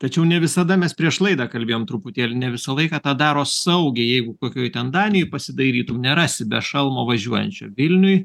į tačiau ne visada mes prieš laidą kalbėjom truputėlį ne visą laiką tą daro saugiai jeigu kokioj ten danijoj pasidairytum nerasi be šalmo važiuojančio vilniuj